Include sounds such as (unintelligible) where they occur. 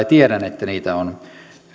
(unintelligible) tiedän että lakiesityksiä on